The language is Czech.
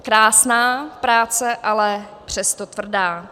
Krásná práce, ale přesto tvrdá.